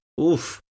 Oof